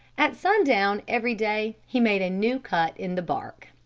at sundown every day he made a new cut in the bark.